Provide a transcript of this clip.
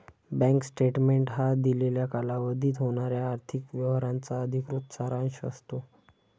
bank statement हा दिलेल्या कालावधीत होणाऱ्या आर्थिक व्यवहारांचा अधिकृत सारांश असतो